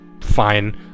fine